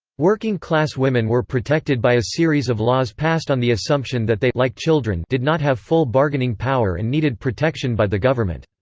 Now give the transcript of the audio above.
working class women were protected by a series of laws passed on the assumption that they like did not have full bargaining power and needed protection by the government.